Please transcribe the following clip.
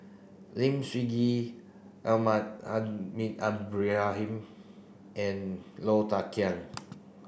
Lim Sun Gee Ibrahim and Low Thia Khiang